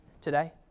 today